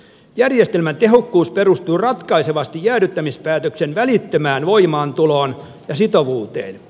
järjestelmän tehokkuus perustuu ratkaisevasti jäädyttämispäätöksen välittömään voimaantuloon ja sitovuuteen